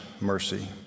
mercy